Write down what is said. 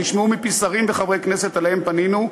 נשמעו מפי שרים וחברי כנסת שאליהם פנינו,